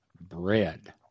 bread